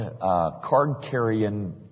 card-carrying